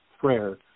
prayer